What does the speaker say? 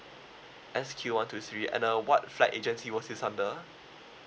S_Q one two three and uh what flight agency was this under